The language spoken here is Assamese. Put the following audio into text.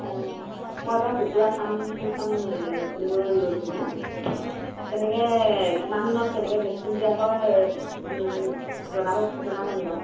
অঁ মই এবাৰ কুকুৰা ফাৰ্ম এখন খুলিবলৈ লৈছোঁ মানে তেনেকৈ কিমান দিনত কেনেকৈ ভেকচিন দিয়া হয় জনাব জনাব নেকি বাৰু